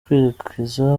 kwerekeza